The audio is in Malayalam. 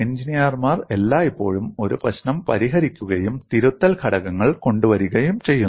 എഞ്ചിനീയർമാർ എല്ലായ്പ്പോഴും ഒരു പ്രശ്നം പരിഹരിക്കുകയും തിരുത്തൽ ഘടകങ്ങൾ കൊണ്ടുവരികയും ചെയ്യുന്നു